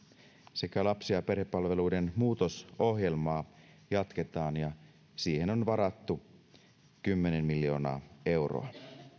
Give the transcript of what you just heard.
sekä lapsi ja perhepalveluiden muutosohjelmaa jatketaan ja siihen on varattu kymmenen miljoonaa euroa